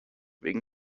wegen